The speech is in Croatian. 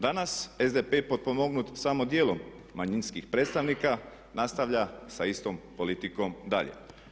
Danas SDP potpomognut samo dijelom manjinskih predstavnika nastavlja sa istom politikom dalje.